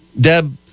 Deb